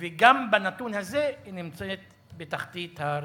וגם בנתון הזה היא נמצאת בתחתית הרשימה.